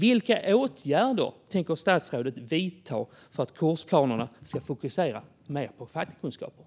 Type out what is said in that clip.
Vilka åtgärder tänker statsrådet vidta för att kursplanerna ska fokusera mer på fackkunskaper?